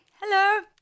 hello